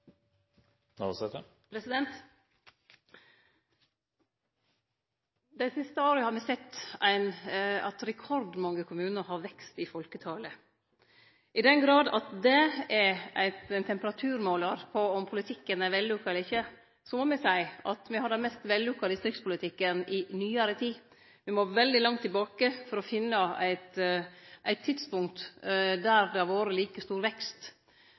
Dei siste åra har me sett at rekordmange kommunar har vekst i folketalet. I den grad det er ein temperaturmålar på om politikken er vellukka eller ikkje, må me seie at me har den mest vellukka distriktspolitikken i nyare tid. Me må veldig langt tilbake for å finne eit tidspunkt der det har vore like stor vekst.